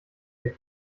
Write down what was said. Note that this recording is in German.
der